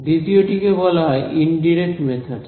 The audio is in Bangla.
দ্বিতীয় টি কে বলা হয় ইনডিরেক্ট মেথডস